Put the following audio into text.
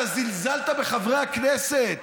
אתה זלזלת בחברי הכנסת,